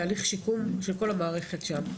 זה הליך שיקום של כל המערכת שם.